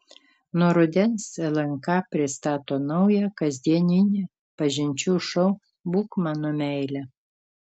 nuo rudens lnk pristato naują kasdieninį pažinčių šou būk mano meile